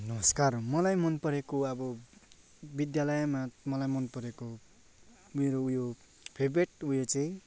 नमस्कार मलाई मन परेको अब बिद्यालयमा मलाई मन परेको मेरो उयो फेभरेट उयो चाहिँ